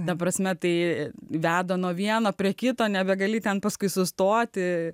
ta prasme tai veda nuo vieno prie kito nebegali ten paskui sustoti